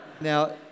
Now